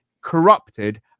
corrupted